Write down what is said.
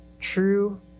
true